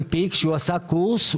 שעשה קורס.